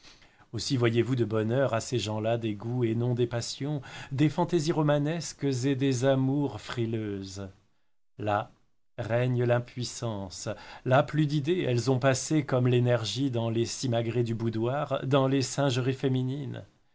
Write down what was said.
aussi voyez-vous de bonne heure à ces gens-là des goûts et non des passions des fantaisies romanesques et des amours frileux là règne l'impuissance là plus d'idées elles ont passé comme l'énergie dans les simagrées du boudoir dans les singeries féminines